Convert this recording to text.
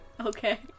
Okay